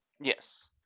Yes